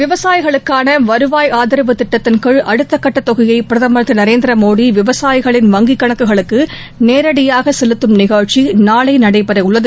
விவசாயிகளுக்கான வருவாய் ஆதரவு திட்டத்தின்கீழ் அடுத்தக்கட்ட தொகையை பிரதம் திரு நரேந்திரமோடி விவசாயிகளின் வங்கி கணக்குகளுக்கு நேரடியாக செலுத்தும் நிகழ்ச்சி நாளை நடைபெற உள்ளது